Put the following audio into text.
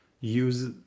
use